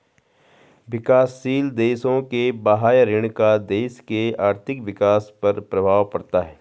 विकासशील देशों के बाह्य ऋण का देश के आर्थिक विकास पर प्रभाव पड़ता है